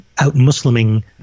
out-Musliming